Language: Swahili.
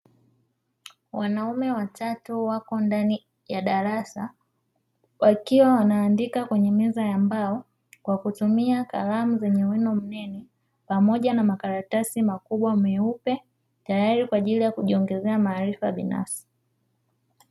Wanaume watatu wako ndani ya darasa wakiwa wanaandika kwenye meza ya mbao kwa kutumia kalamu zenye wino mnene pamoja na makaratasi makubwa meupe tayari kwa ajili ya kujiongezea maarifa binafsi.